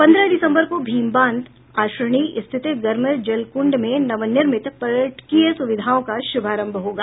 पन्द्रह दिसम्बर को भीमबांध आश्रयणी स्थित गर्मजल क्ंड में नवनिर्मित पर्यटकीय सुविधाओं का शुभारंभ होगा